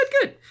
good